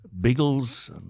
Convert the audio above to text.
Biggles